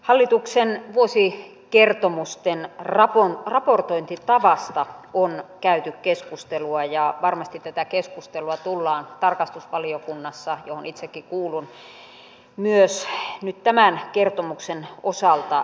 hallituksen vuosikertomusten raportointitavasta on käyty keskustelua ja varmasti tätä keskustelua tullaan tarkastusvaliokunnassa johon itsekin kuulun myös nyt tämän kertomuksen osalta käymään